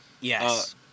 Yes